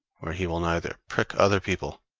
where he will neither prick other people